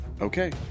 Okay